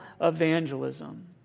evangelism